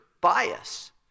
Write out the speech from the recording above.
bias